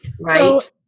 Right